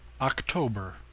October